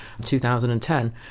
2010